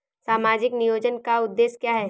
सामाजिक नियोजन का उद्देश्य क्या है?